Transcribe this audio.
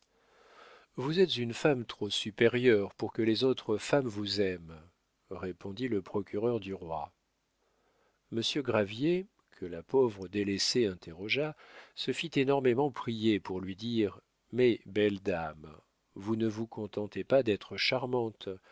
vous êtes une femme trop supérieure pour que les autres femmes vous aiment répondit le procureur du roi monsieur gravier que la pauvre délaissée interrogea se fit énormément prier pour lui dire mais belle dame vous ne vous contentez pas d'être charmante